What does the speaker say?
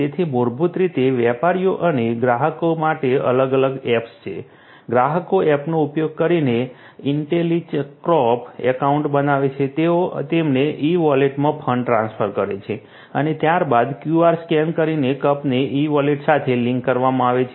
તેથી મૂળભૂત રીતે વેપારીઓ અને ગ્રાહકો માટે અલગ અલગ એપ્સ છે ગ્રાહકો એપનો ઉપયોગ કરીને IntelliCorp એકાઉન્ટ્સ બનાવે છે તેઓ અમને ઈ વોલેટમાં ફંડ ટ્રાન્સફર કરે છે અને ત્યારબાદ ક્યૂઆર સ્કેન કરીને કપને ઈ વોલેટ સાથે લિંક કરવામાં આવે છે